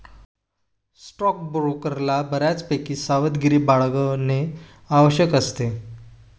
स्टॉकब्रोकरला बऱ्यापैकी सावधगिरी बाळगणे आवश्यक असते